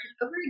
over